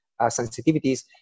sensitivities